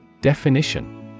Definition